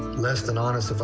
less than honest